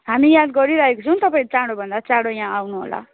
हामी याद गरिराखेका छौँ तपाईँहरू चाँडो भन्दा चाँडो यहाँ आउनु होला